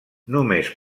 només